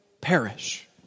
perish